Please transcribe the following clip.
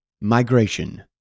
Migration